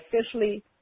officially